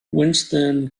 winston